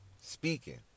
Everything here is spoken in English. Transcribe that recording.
speaking